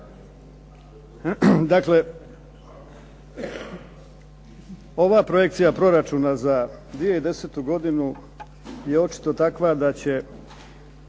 Dakle, ova projekcija Proračuna za 2010. godinu je očito takva da će